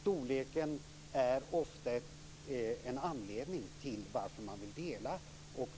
Storleken är ofta en anledning till att man vill dela en kommun.